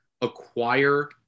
acquire